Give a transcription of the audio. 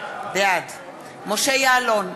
בעד משה יעלון,